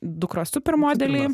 dukros supermodeliai